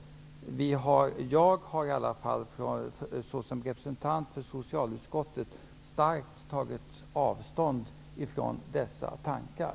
Jag har i alla fall som partiets representant i socialutskottet starkt tagit avstånd från sådana tankar.